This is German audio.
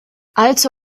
allzu